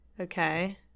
Okay